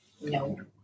No